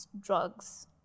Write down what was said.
drugs